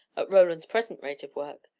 at roland's present rate of work.